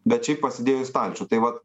bet šiaip pasidėjo į stalčių tai vat